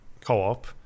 co-op